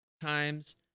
times